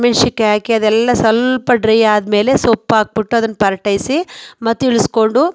ಒಣ ಮೆಣಸಿನ್ಕಾಯಿ ಹಾಕಿ ಅದೆಲ್ಲ ಸ್ವಲ್ಪ ಡ್ರೈ ಆದ್ಮೇಲೆ ಸೊಪ್ಪಾಕಿಬಿಟ್ಟು ಅದನ್ನು ಪರ್ಟಯ್ಸಿ ಮತ್ತಿಳಿಸಿಕೊಡು